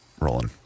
Rolling